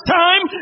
time